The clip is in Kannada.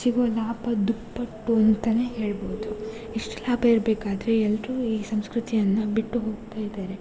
ಸಿಗುವ ಲಾಭ ದುಪ್ಪಟ್ಟು ಅಂತಲೇ ಹೇಳ್ಬೋದು ಇಷ್ಟು ಲಾಭ ಇರಬೇಕಾದ್ರೆ ಎಲ್ಲರೂ ಈ ಸಂಸ್ಕೃತಿಯನ್ನು ಬಿಟ್ಟು ಹೋಗ್ತಾಯಿದ್ದಾರೆ